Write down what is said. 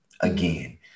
again